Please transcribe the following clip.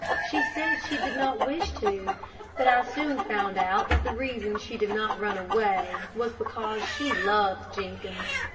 she said she did not wish to but i soon found out that the reason she did not run away, was because she loved jenkins.